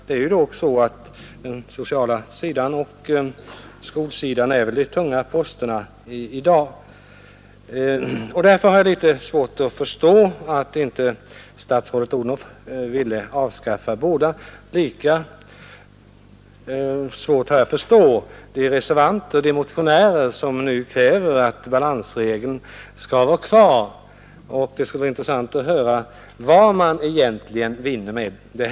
Det är ju dock så att det är de sociala kostnaderna och kostnaderna för skolan som är de tunga posterna i dag. Därför har jag litet svårt att förstå att inte statsrådet Odhnoff ville avskaffa även kvotregeln. Lika svårt har jag att förstå de motionärer och reservanter som kräver att balansregeln skall stå kvar. Det skulle vara intressant att höra vad man egentligen vinner med detta.